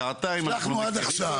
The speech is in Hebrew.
שעתיים אנחנו --- הצלחנו עד עכשיו,